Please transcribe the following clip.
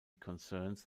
concerns